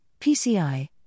PCI